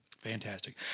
Fantastic